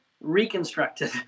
reconstructed